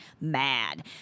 mad